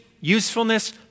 usefulness